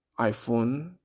iPhone